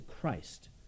Christ